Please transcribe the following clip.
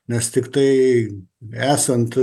nes tiktai esant